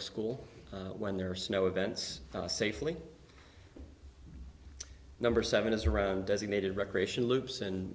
school when their snow events safely number seven is around designated recreation loops and